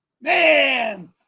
Man